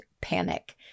panic